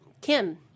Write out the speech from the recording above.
kim